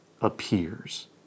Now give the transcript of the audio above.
appears